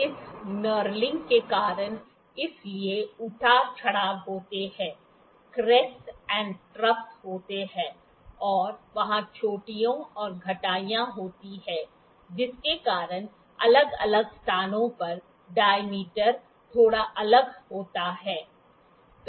इस कनौर्लिंग के कारण इसलिए उतार चढ़ाव होते हैं क्रेसटस और टर्फस होते हैं और वहाँ चोटियाँ और घाटियाँ होती हैं जिसके कारण अलग अलग स्थानों पर डाय्मीटर थोड़ा अलग आता है